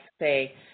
say